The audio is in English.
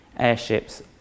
airships